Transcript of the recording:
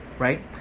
right